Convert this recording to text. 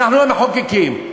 אנחנו המחוקקים.